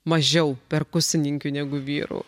mažiau perkusininkių negu vyrų